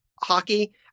hockey